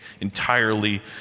entirely